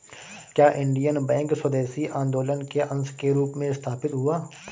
क्या Indian bank स्वदेशी आंदोलन के अंश के रूप में स्थापित हुआ?